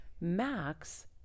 Max